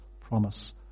promise